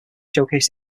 showcase